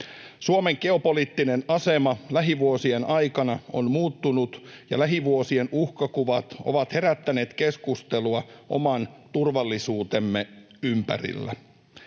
Suomen geopoliittinen asema lähivuosien aikana on muuttunut, ja lähivuosien uhkakuvat ovat herättäneet keskustelua oman turvallisuutemme ympärillä.